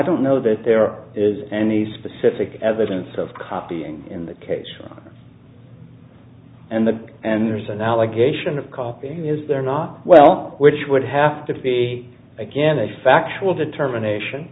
don't know that there is any specific evidence of copying in the cage and the and there's an allegation of copying is there not well which would have to be again a factual determination